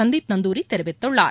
சந்தீப் நந்தூரி தெரிவித்துள்ளார்